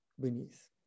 beneath